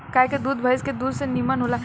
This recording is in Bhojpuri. गाय के दूध भइस के दूध से निमन होला